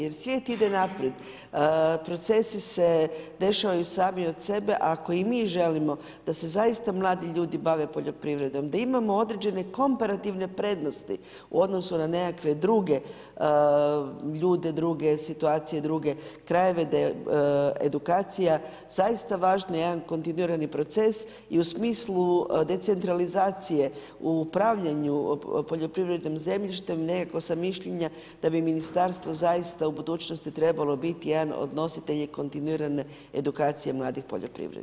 Jer svijet ide naprijed, procesi se dešavaju sami od sebe, a ako i mi želimo da se zaista mladi ljudi bave poljoprivredom, da imamo određene komparativne prednosti u odnosu-…- na nekakve druge ljude, druge situacije i druge krajeve, da je edukacija, zaista važnija, jedan kontinuirani proces i u smislu decentralizacije, u upravljanju poljoprivrednom zemljištem, nekako sam mišljenja, da bi ministarstvo, zaista u budućnosti trebalo biti jedan od nositelja kontinuirano edukacije mladih poljoprivrednika.